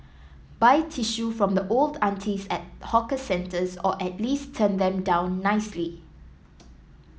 buy tissue from the old aunties at hawker centres or at least turn them down nicely